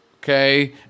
okay